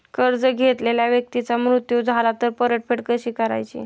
कर्ज घेतलेल्या व्यक्तीचा मृत्यू झाला तर परतफेड कशी करायची?